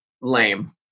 lame